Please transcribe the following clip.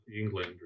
England